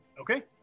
Okay